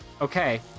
Okay